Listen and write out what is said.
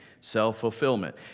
self-fulfillment